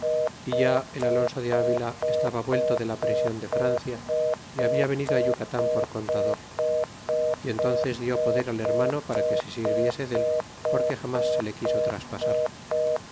ya el alonso de avila estaba suelto de la prision de francia y habla venido yucatan por contador y entónces dió poder al hermano para que se sirviese dél porque jamas se le quiso traspasar